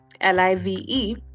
l-i-v-e